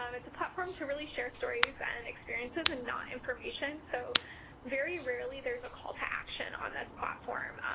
um it's a platform to really share stories and experiences and not information, so very rarely there's a call to action on this platform.